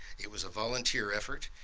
it was a volunteer effort.